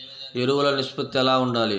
ఎరువులు నిష్పత్తి ఎలా ఉండాలి?